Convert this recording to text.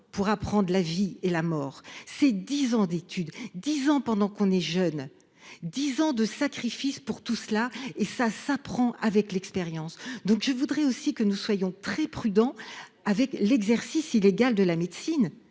pour apprendre la vie et la mort. C'est 10 ans d'études, 10 ans pendant qu'on est jeune, 10 ans de sacrifice pour tout cela et ça s'apprend. Avec l'expérience, donc je voudrais aussi que nous soyons très prudents avec l'exercice illégal de la médecine